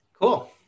cool